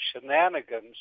shenanigans